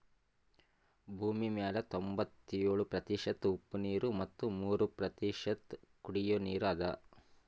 ಭೂಮಿಮ್ಯಾಲ್ ತೊಂಬತ್ಯೋಳು ಪ್ರತಿಷತ್ ಉಪ್ಪ್ ನೀರ್ ಮತ್ ಮೂರ್ ಪ್ರತಿಷತ್ ಕುಡಿಯೋ ನೀರ್ ಅದಾ